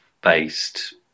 based